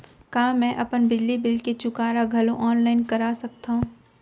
का मैं अपन बिजली बिल के चुकारा घलो ऑनलाइन करा सकथव?